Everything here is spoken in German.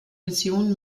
mission